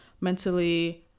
mentally